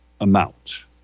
Amount